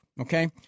Okay